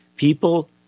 People